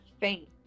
faint